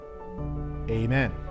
amen